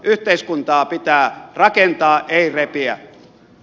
yhteiskuntaa pitää rakentaa ei repiä